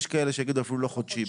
יש כאלה שיגידו, אפילו לא חודשי.